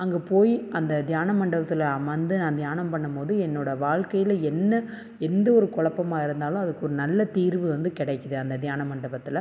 அங்கே போய் அந்த தியான மண்டவத்தில் அமர்ந்து நான் தியானம் பண்ணும்போது என்னோடய வாழ்க்கையில் என்ன எந்த ஒரு குழப்பமா இருந்தாலும் அதுக்கு ஒரு நல்ல தீர்வு வந்து கிடைக்கிது அந்த தியான மண்டபத்தில்